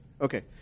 okay